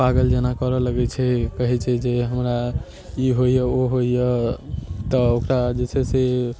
पागल जेना करऽ लगै छै कहै छै जे हमरा ई होइए ओ होइए तऽ ओकरा जे छै से